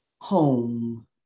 home